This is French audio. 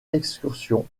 excursion